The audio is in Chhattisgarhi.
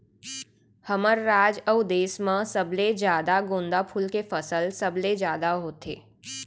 हमर राज अउ देस म सबले जादा गोंदा फूल के फसल सबले जादा होथे